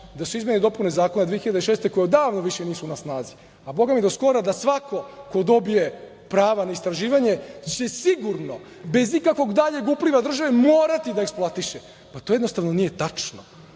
da su izmene i dopune zakona 2006. godine, koje odavno više nisu na snazi, a bogami do skora da svako ko dobije prava na istraživanje će sigurno bez ikakvog daljeg upliva države morati da eksploatiše, pa to jednostavno nije tačno.